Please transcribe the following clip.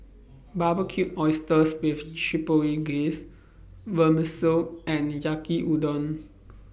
Barbecued Oysters with Chipotle Glaze Vermicelli and Yaki Udon